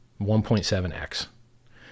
1.7X